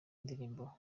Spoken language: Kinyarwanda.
indirimbo